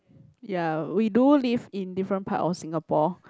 ya we do live in different part of Singapore